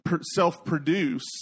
self-produce